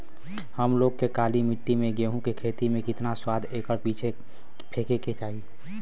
हम लोग के काली मिट्टी में गेहूँ के खेती में कितना खाद एकड़ पीछे फेके के चाही?